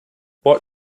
what